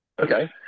Okay